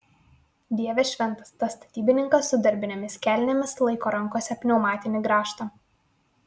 dieve šventas tas statybininkas su darbinėmis kelnėmis laiko rankose pneumatinį grąžtą